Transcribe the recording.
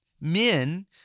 Men